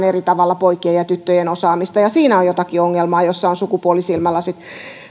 eri tavalla poikien ja tyttöjen osaamista ja siinä on jotakin ongelmaa jossa on sukupuolisilmälasit